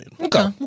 Okay